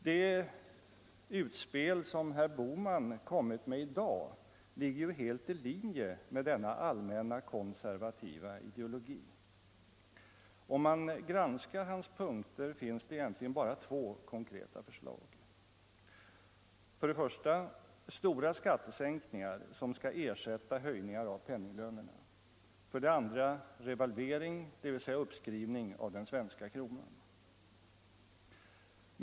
Det utspel som herr Bohman kom med i dag ligger ju helt i linje med denna allmänna konservativa ideologi. Om man granskar hans punkter kommer man fram till att det egentligen bara finns två konkreta förslag. För det första: Stora skattesänkningar som skall ersätta höjningar av penninglönerna. För det andra: Revalvering, dvs. uppskrivning av den svenska kronan.